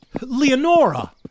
Leonora